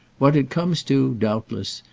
what it comes to, doubtless,